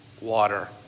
water